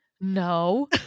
No